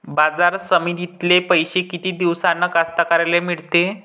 बाजार समितीतले पैशे किती दिवसानं कास्तकाराइले मिळते?